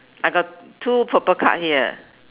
I got two purple card here